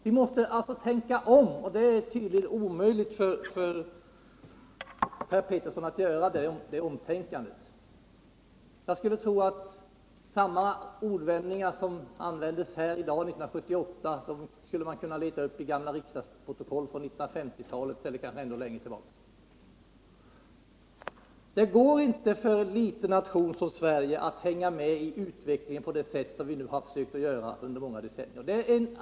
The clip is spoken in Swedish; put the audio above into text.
Vi måste tänka om, vilket tydligen är omöjligt för Per Petersson. Samma ordvändningar som används här i dag, 1978, kan man leta upp i gamla riksdagsprotokoll från 1950-talet och kanske ännu längre tillbaka. Men det går inte för en liten nation som Sverige att hänga med i utvecklingen på det sätt som vi nu har försökt att göra under många decennier.